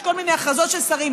יש כל מיני הכרזות של שרים,